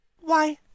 Why—